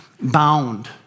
bound